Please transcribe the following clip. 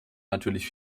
natürlich